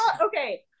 Okay